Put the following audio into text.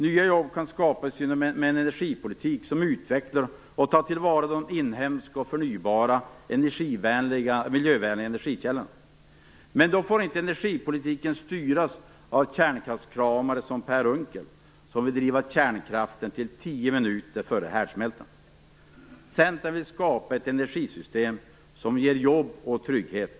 Nya jobb kan skapas genom en energipolitik som utvecklar och tar till vara de inhemska och förnybara miljövänliga energikällorna. Men då får inte energipolitiken styras av kärnkraftskramare som Per Unckel, som vill driva kärnkraften fram till tio minuter före härdsmältan. Centern vill skapa ett energisystem som ger jobb och trygghet.